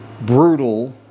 brutal